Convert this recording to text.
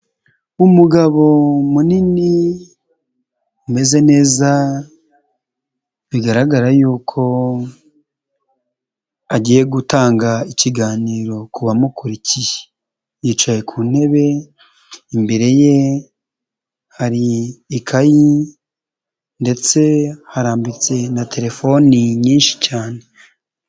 Umugabo munini umeze neza bigaragara yuko agiye gutanga ikiganiro ku bamu bamukurikiye, yicaye ku ntebe imbere ye hari ikayi ndetse harambitse na telefoni nyinshi cyane.